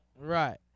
Right